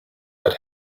that